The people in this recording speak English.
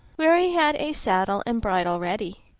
where he had a saddle and bridle ready.